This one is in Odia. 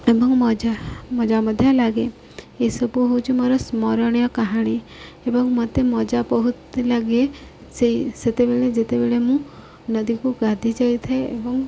ଏବଂ ମଜା ମଜା ମଧ୍ୟ ଲାଗେ ଏସବୁ ହେଉଛି ମୋର ସ୍ମରଣୀୟ କାହାଣୀ ଏବଂ ମତେ ମଜା ବହୁତ ଲାଗେ ସେଇ ସେତେବେଳେ ଯେତେବେଳେ ମୁଁ ନଦୀକୁ ଗାଧେଇ ଯାଇଥାଏ ଏବଂ